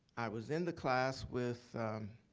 i was in the class with